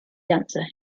dancer